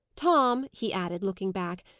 tom, he added, looking back,